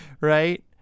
Right